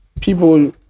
people